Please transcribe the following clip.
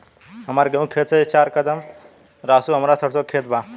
हमार गेहू के खेत से चार कदम रासु हमार सरसों के खेत बा